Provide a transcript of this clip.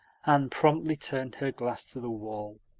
anne promptly turned her glass to the wall.